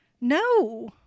No